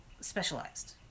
specialized